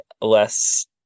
less